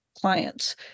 clients